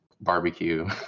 Barbecue